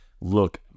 look